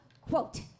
quote